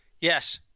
Yes